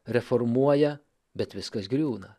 reformuoja bet viskas griūna